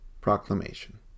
proclamation